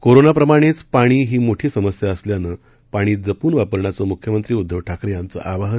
corona प्रमाणेच पाणी ही मोठी समस्या असल्यानं पाणी जपून वापरण्याचं मुख्यमंत्री उद्दव ठाकरे यांचं आवाहन